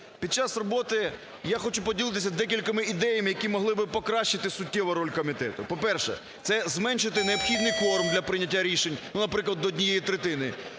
Під час роботи я хочу поділитися декількома ідеями, які могли би покращити суттєво роль комітету. По-перше, це зменшити необхідний кворум для прийняття рішень, наприклад, до однієї третини.